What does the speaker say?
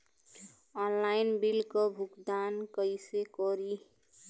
Online bill क भुगतान कईसे करी?